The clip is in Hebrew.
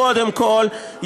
קודם כול,